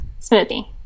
Smoothie